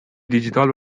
دیجیتال